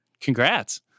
Congrats